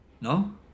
No